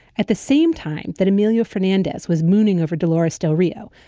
at the same time that amelia fernandez was mooning over dolores del rio,